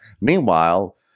meanwhile